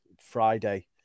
Friday